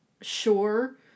sure